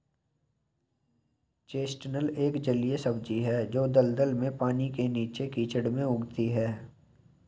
chestnut एक जलीय सब्जी है जो दलदल में, पानी के नीचे, कीचड़ में उगती है